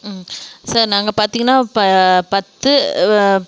ம் சார் நாங்கள் பார்த்தீங்கன்னா இப்போ பத்து